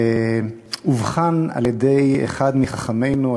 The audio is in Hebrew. אובחן על-ידי אחד מחכמינו,